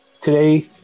today